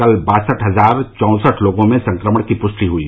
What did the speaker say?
कल बासठ हजार चौंसठ लोगों में संक्रमण की पृष्टि हुई